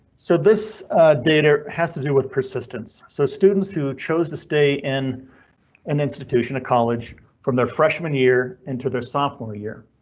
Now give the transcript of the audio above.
so this data has to do with persistence, so students who chose to stay in an institution of college from their freshman year into their sophomore year.